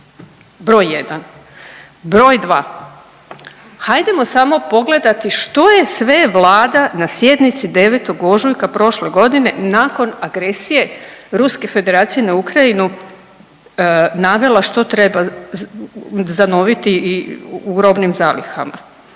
broj jedan. Broj dva, hajdemo samo pogledati što je sve Vlada na sjednici 9. ožujka prošle godine nakon agresije Ruske Federacije na Ukrajinu navela što treba zanoviti u robnim zalihama,